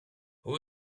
who